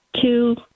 two